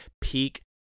peak